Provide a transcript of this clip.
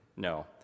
No